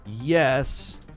yes